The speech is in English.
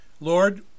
Lord